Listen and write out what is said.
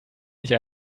nicht